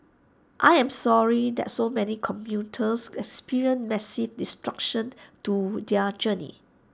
I am sorry that so many commuters experienced massive disruptions to their journeys